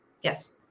Yes